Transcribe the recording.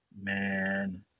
Man